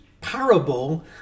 parable